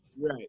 right